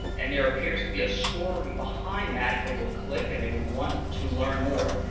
and there appears to be a story behind that, they will click and they will want to learn more,